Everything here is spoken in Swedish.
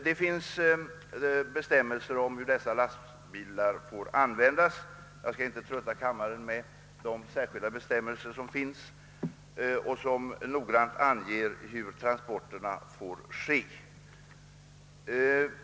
Det finns därvid särskilda bestämmelser om hur lastbilarna får användas men jag skall inte trötta kammaren med att återge dessa bestämmelser som noggrant fastställer hur transporterna skall ske.